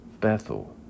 Bethel